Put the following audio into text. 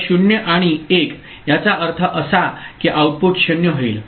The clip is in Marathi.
तर 0 आणि 1 याचा अर्थ असा की आउटपुट 0 होईल